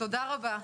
תודה רבה,